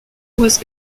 was